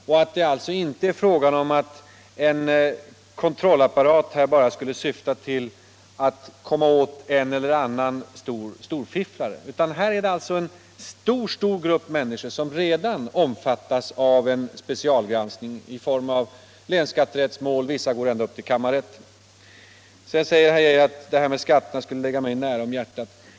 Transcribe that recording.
Det är alltså inte fråga om en kontrollapparat som enbart skulle syfta till att komma åt en eller annan storfifflare, utan det är en stor grupp människor som redan omfattas av en specialgranskning i form av länsskatterättsmål, varav vissa går ända upp till kammarrätten. Sedan säger herr Geijer att det här med skatterna skulle ligga mig nära om hjärtat.